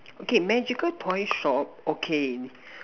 okay magical toy shop okay